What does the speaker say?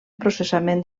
processament